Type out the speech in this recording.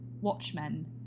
Watchmen